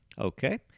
okay